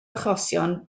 achosion